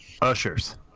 Ushers